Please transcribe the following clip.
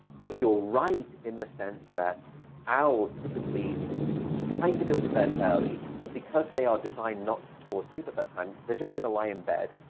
but you're right in the sense that owls typically try to go to bed early. but because they are designed not to fall asleep at that time, they're just gonna lie in bed.